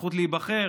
הזכות להיבחר,